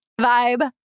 vibe